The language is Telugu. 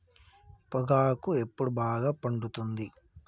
పొగాకు ఎప్పుడు బాగా పండుతుంది?